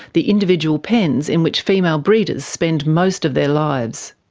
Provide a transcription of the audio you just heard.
the individual pens in which female breeders spend most of their lives.